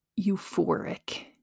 euphoric